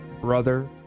brother